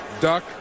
duck